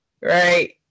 right